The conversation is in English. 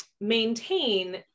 maintain